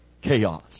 Chaos